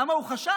למה הוא חשש?